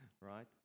right